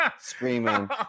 screaming